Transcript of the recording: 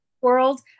world